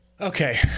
Okay